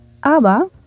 aber